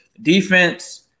defense